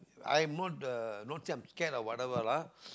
I'm not the not say I'm scared or whatever lah